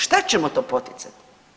Šta ćemo to poticati?